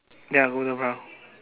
ya golden brown